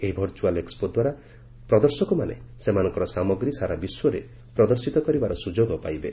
ଏହି virtual expo ଦ୍ୱାରା ପ୍ରଦର୍ଶକମାନେ ସେମାନଙ୍କର ସାମଗ୍ରୀ ସାରା ବିଶ୍ୱରେ ପ୍ରଦର୍ଶିତ କରିବାର ସୁଯୋଗ ପାଇବେ